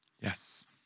Yes